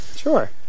Sure